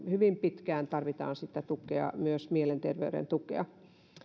hyvin pitkään tarvitaan sitä tukea myös mielenterveyden tukea